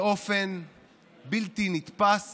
באופן בלתי נתפס